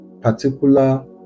particular